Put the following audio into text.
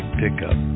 pickup